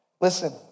Listen